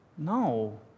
No